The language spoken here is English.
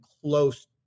close